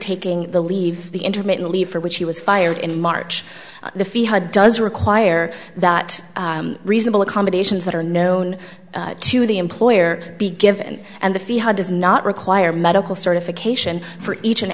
taking the leave the intermittently for which he was fired in march the fee how does require that reasonable accommodations that are known to the employer be given and the fee how does not require medical certification for each and